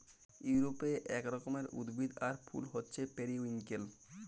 ইউরপে এক রকমের উদ্ভিদ আর ফুল হচ্যে পেরিউইঙ্কেল